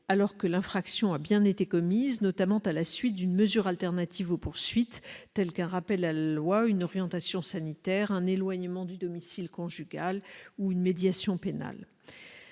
alors que l'infraction a bien été commise, notamment à la suite de l'exécution d'une mesure alternative aux poursuites, comme un rappel à la loi, une orientation sanitaire, un éloignement du domicile conjugal ou une médiation pénale.